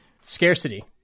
scarcity